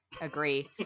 Agree